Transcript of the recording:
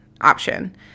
option